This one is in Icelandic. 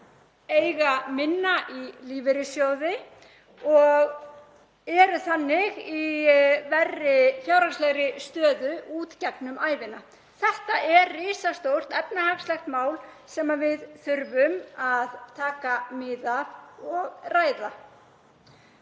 eiga minna í lífeyrissjóði og eru þannig í verri fjárhagslegri stöðu í gegnum ævina. Þetta er risastórt efnahagslegt mál sem við þurfum að taka mið af og ræða.